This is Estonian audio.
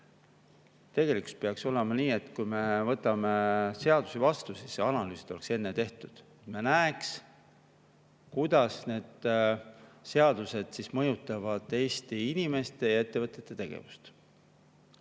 Tegelikult peaks olema nii, et kui me võtame seadusi vastu, siis analüüsid on enne tehtud, et me näeks, kuidas need seadused mõjutavad Eesti inimeste ja ettevõtete tegevust.